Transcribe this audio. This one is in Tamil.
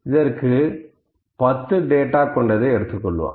இதற்கு 10 டேட்டா கொண்டதை எடுத்துக்கொள்வோம்